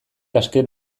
azken